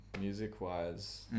music-wise